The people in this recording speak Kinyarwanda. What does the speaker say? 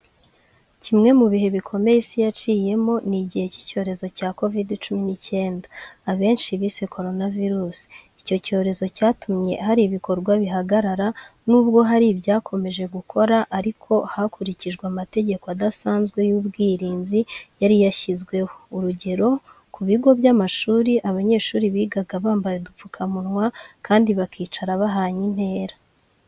Kimwe mu bihe bikomeye isi yaciyemo n'igihe cy'icyorezo cya "Covid cumi n'icyenda", abenshi bise "koronavirusi". Icyo cyorezo cyatumye hari ibikorwa bihagarara, nubwo hari ibyakomeje gukora ariko hakurikijwe amategeko adasanzwe y'ubwirinzi yari yashyizweho. Urugero, ku bigo by'amashuri, abanyeshuri bigaga bambaye udupfukamunwa kandi bakicara bahanye intera.